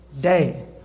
day